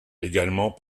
également